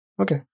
Okay